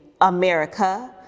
America